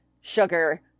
sugar